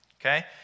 okay